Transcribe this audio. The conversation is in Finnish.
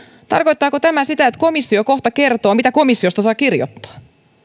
tarkoittaako tämä sitä että komissio kohta kertoo mitä komissiosta saa kirjoittaa